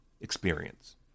experience